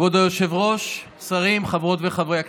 כבוד היושב-ראש, שרים, חברות וחברי הכנסת,